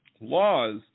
laws